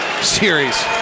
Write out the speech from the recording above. series